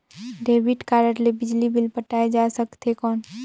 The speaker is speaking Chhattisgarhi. डेबिट कारड ले बिजली बिल पटाय जा सकथे कौन?